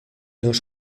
los